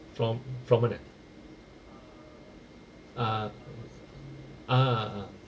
from from mana ah ah